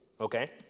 okay